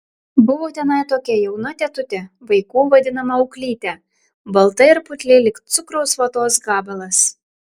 buvo tenai tokia jauna tetutė vaikų vadinama auklyte balta ir putli lyg cukraus vatos gabalas